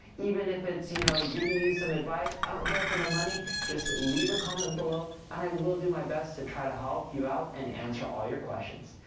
even it's you know giving you some advice. i don't care for the money, just leave a comment below and i will do my best to try to help you out and answer all your questions.